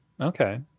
Okay